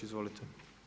Izvolite.